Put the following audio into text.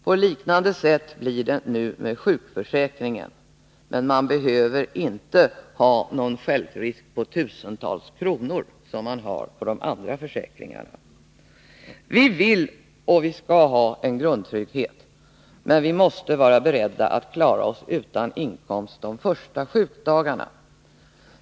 På liknande sätt blir det nu med sjukförsäkringen, men man behöver inte ha en självrisk på tusentals kronor, som man måste ha när det gäller andra försäkringar. Vi vill och skall ha en grundtrygghet, men vi måste vara beredda att klara oss utan inkomst de första sjukdagarna.